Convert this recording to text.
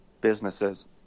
businesses